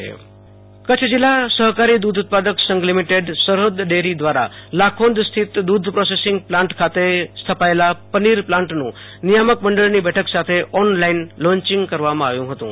Ashutosh Antani Kutch Sarhad dairy Kutch જિલ્લા સહકારી દુધ ઉત્પાદક સંઘ લીમીટેડ સરહદ ડેરી દવારા લાખોંદ સ્થિત દુધ પ્રોસેસોંગ પ્લાન્ટ ખાતે સ્થપાયેલા પનીર પ્લાન્ટનું નિયામક મંડળની બેઠક સાથે ઓનલાઈન લોચિંગ કરવામાં આવ્યું હતું